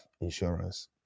insurance